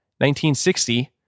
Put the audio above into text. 1960